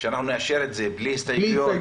שאנחנו נאשר את זה בלי הסתייגויות,